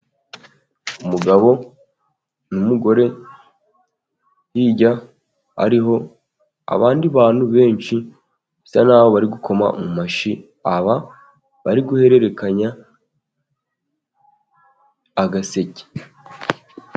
Umugabo n'umugore, hirya hariho abandi bantu benshi, bisa naho bari gukoma mu mashyi, aba bari guhererekanya agaseke.